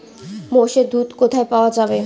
মোষের দুধ কোথায় পাওয়া যাবে?